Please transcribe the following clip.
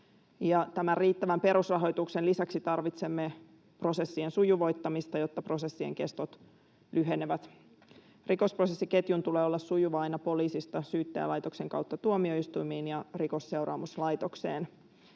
Riittävän perusrahoituksen lisäksi tarvitsemme prosessien sujuvoittamista, jotta prosessien kestot lyhenevät. Rikosprosessiketjun tulee olla sujuva aina poliisista Syyttäjälaitoksen kautta tuomioistuimiin ja Rikosseuraamuslaitokseen.